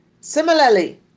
Similarly